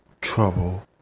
trouble